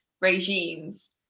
regimes